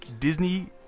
Disney